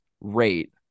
rate